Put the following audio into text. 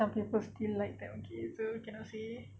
some people still like them okay so cannot say